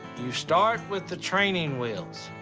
you start with the training wheels.